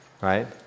right